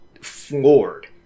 floored